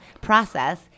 process